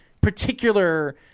particular